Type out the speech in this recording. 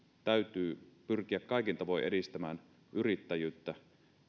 täytyy pyrkiä kaikin tavoin edistämään yrittäjyyttä